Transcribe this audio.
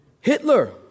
Hitler